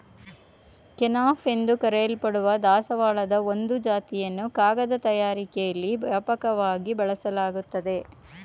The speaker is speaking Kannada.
ಕೆನಾಫ್ ಎಂದು ಕರೆಯಲ್ಪಡುವ ದಾಸವಾಳದ ಒಂದು ಜಾತಿಯನ್ನು ಕಾಗದ ತಯಾರಿಕೆಲಿ ವ್ಯಾಪಕವಾಗಿ ಬಳಸಲಾಗ್ತದೆ